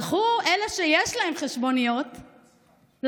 הלכו לרשות אלה שיש להם חשבוניות והגישו.